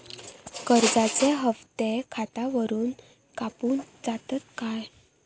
कर्जाचे हप्ते खातावरून कापून जातत काय?